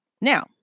Now